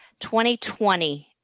2020-